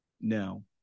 No